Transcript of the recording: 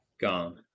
Gone